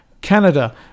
canada